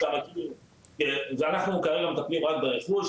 אנחנו מטפלים רק ברכוש,